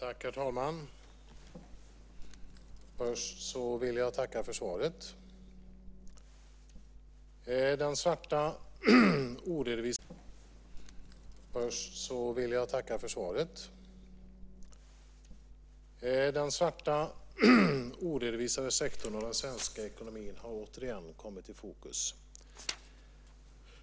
Herr talman! Jag vill först tacka för svaret. Den svarta oredovisade sektorn av den svenska ekonomin har återigen kommit i fokus.